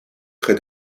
près